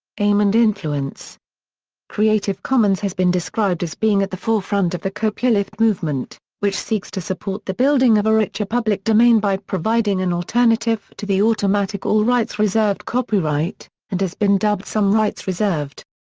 aim and influence creative commons has been described as being at the forefront of the copyleft movement, which seeks to support the building of a richer public domain by providing an alternative to the automatic all rights reserved copyright, and has been dubbed some rights reserved.